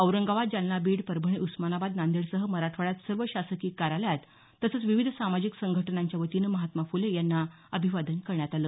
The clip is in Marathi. औरंगाबाद जालना बीड परभणी उस्मानाबाद नांदेडसह मराठवाड्यात सर्व शासकीय कार्यालयांत तसंच विविध सामाजिक संघटनांच्या वतीनं महात्मा फुले यांना अभिवादन करण्यात आलं